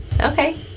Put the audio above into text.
Okay